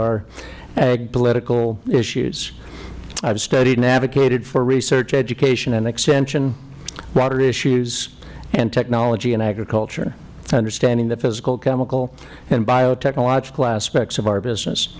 our ag political issues i have studied and advocated for research education and extension water issues and technology and agriculture understanding the physical chemical and biotechnological aspects of our business